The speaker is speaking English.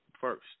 First